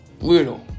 Weirdo